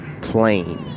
Plain